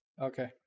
Okay